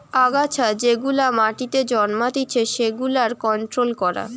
আগাছা যেগুলা মাটিতে জন্মাতিচে সেগুলার কন্ট্রোল করা